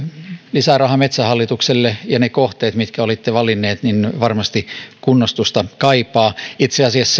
lisärahaa metsähallitukselle ja ne kohteet mitkä olitte valinneet varmasti kunnostusta kaipaavat itse asiassa